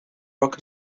work